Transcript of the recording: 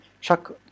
Chuck